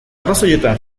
arrazoietan